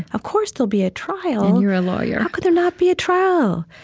of course there'll be a trial. and you're a lawyer how could there not be a trial?